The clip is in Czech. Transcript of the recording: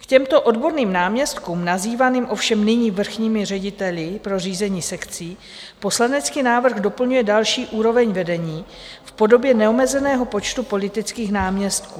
K těmto odborným náměstkům, nazývaným ovšem nyní vrchními řediteli pro řízení sekcí, poslanecký návrh doplňuje další úroveň vedení v podobě neomezeného počtu politických náměstků.